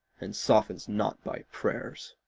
and softens not by prayers.